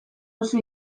duzu